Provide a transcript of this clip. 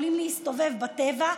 יכולים להסתובב בטבע,